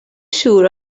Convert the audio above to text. siŵr